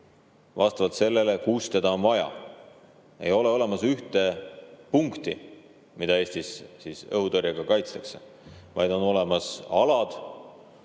vastavalt sellele, kus seda on vaja. Ei ole olemas ühte punkti, mida Eestis õhutõrjega kaitstakse, vaid on olemas alad.